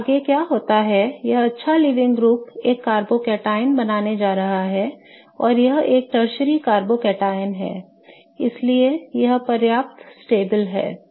तो आगे क्या होता है यह अच्छा लीविंग ग्रुप एक कार्बोकैटायन बनाने जा रहा है और यह एक टर्शरी कार्बोकैटायन है इसलिए यह पर्याप्त स्थिर है